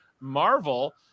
marvel